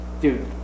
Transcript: Dude